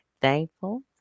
thankful